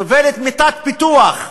סובלת מתת-פיתוח,